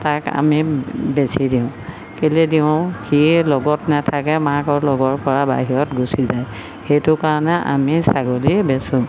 তাক আমি বেচি দিওঁ কেলেই দিওঁ সিয়ে লগত নাথাকে মাকৰ লগৰপৰা বাহিৰত গুচি যায় সেইটো কাৰণে আমি ছাগলী বেচোঁ